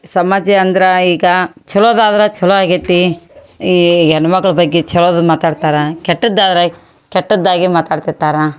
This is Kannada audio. ಸಮಾಜ ಅಂದ್ರೆ ಈಗ ಚೊಲೋದು ಆದ್ರೆ ಚೊಲೋ ಆಗ್ಯೇತಿ ಈ ಹೆಣ್ ಮಕ್ಕಳು ಬಗ್ಗೆ ಚೊಲೋದನ್ನ ಮಾತಾಡ್ತಾರೆ ಕೆಟ್ಟದ್ದು ಆದ್ರೆ ಕೆಟ್ಟದ್ದಾಗಿ ಮಾತಾಡ್ತಿರ್ತಾರೆ